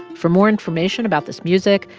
for more information about this music,